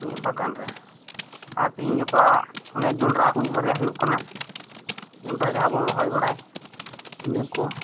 ᱤᱧᱟᱜ ᱵᱟᱜᱟᱱ ᱨᱮ ᱟᱨ ᱛᱤᱦᱤᱧ ᱜᱟᱯᱟ ᱚᱱᱮ ᱡᱚᱱᱰᱨᱟ ᱠᱚ ᱢᱤᱫ ᱵᱟᱨᱭᱟ ᱦᱩᱭᱩᱜ ᱠᱟᱱᱟ ᱡᱚᱱᱰᱨᱟ ᱡᱟᱦᱟ ᱵᱚᱱ ᱨᱚᱦᱚᱭ ᱵᱟᱲᱟᱭ ᱤᱱᱟᱹᱠᱚ